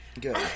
Good